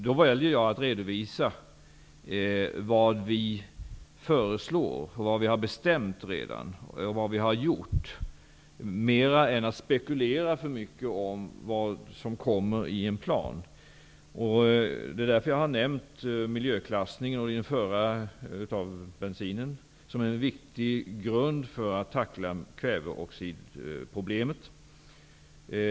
Då väljer jag att redovisa vad vi föreslår, vad vi redan har bestämt och vad vi har gjort, mera än att spekulera för mycket om vad som kommer i en plan. Det är därför jag har nämnt miljöklassningen av bensinen som en viktig grund för att tackla kväveoxidproblemet.